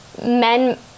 men